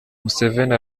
museveni